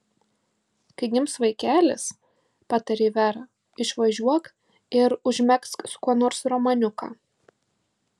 kai gims vaikelis patarė vera išvažiuok ir užmegzk su kuo nors romaniuką